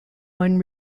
one